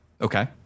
Okay